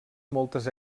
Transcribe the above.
moltes